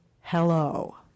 hello